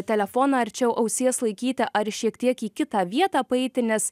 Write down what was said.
telefoną arčiau ausies laikyti ar šiek tiek į kitą vietą paeiti nes